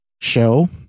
show